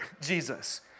Jesus